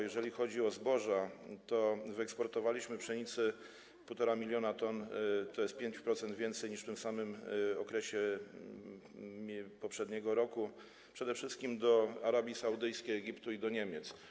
Jeżeli chodzi o zboża, to wyeksportowaliśmy 1,5 mln t pszenicy, tj. o 5% więcej niż w tym samym okresie poprzedniego roku, przede wszystkim do Arabii Saudyjskiej, Egiptu i do Niemiec.